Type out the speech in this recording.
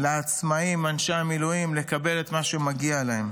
לעצמאים, אנשי המילואים, לקבל את מה שמגיע להם.